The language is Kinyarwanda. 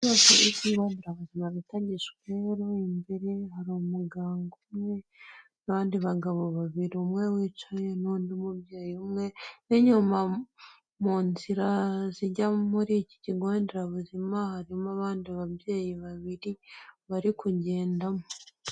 Inyubako y'ikigo nderabuzima bita Gishweru, imbere hari umuganga umwe n'abandi bagabo babiri, umwe wicaye n'undi mubyeyi umwe, n'inyuma mu nzira zijya muri iki kigo nderabuzima harimo abandi babyeyi babiri bari kugendamo.